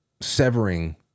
severing